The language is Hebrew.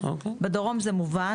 בדרום זה מובן,